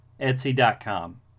Etsy.com